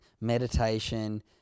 meditation